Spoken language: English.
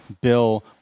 bill